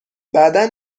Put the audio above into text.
بعدا